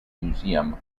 museum